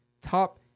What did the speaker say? top